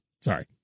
Sorry